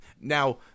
now